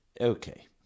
Okay